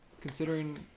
considering